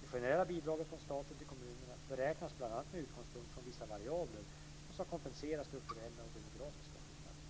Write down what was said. Det generella bidraget från staten till kommunerna beräknas bl.a. med utgångspunkt från vissa variabler som ska kompensera strukturella och demografiska skillnader.